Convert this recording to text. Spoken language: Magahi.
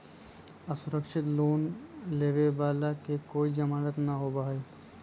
असुरक्षित लोन में लोन लेवे वाला के कोई जमानत न होबा हई